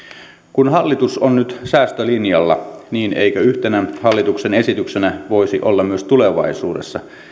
kun hallitus on nyt säästölinjalla niin eikö yhtenä hallituksen esityksenä myös voisi olla tulevaisuudessa